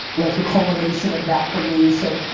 like the culmination of that for me so,